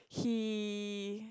he